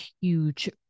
huge